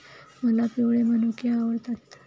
मला पिवळे मनुके आवडतात